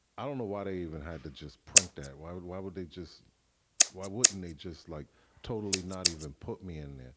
i don't know why i even had to just print that. why would why would they just why wouldn't they just like totally not even put me in?